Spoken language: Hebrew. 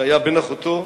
שהיה בן אחותו,